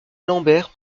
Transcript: lambert